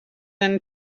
than